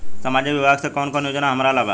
सामाजिक विभाग मे कौन कौन योजना हमरा ला बा?